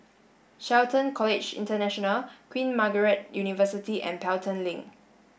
Shelton College International Queen Margaret University and Pelton Link